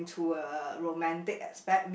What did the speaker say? to a romantic aspect